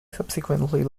subsequently